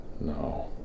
No